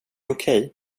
okej